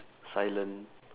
silent